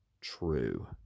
true